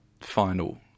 final